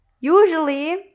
usually